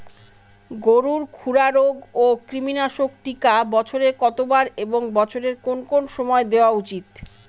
গরুর খুরা রোগ ও কৃমিনাশক টিকা বছরে কতবার এবং বছরের কোন কোন সময় দেওয়া উচিৎ?